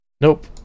Nope